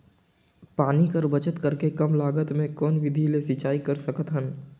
पानी के बचत करेके कम लागत मे कौन विधि ले सिंचाई कर सकत हन?